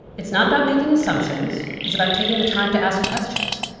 it's not about making assumptions. it's about taking the time to ask questions,